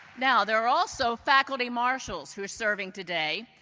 now there are also faculty marshals who are serving today.